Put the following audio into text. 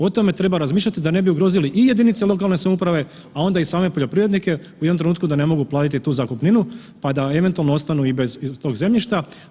O tome treba razmišljati da ne bi ugrozili i jedinice lokalne samouprave, a onda i same poljoprivrednike u jednom trenutku da ne mogu platiti tu zakupninu, pa da eventualno ostanu i bez tog zemljišta.